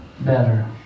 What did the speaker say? better